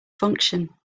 function